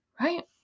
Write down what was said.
right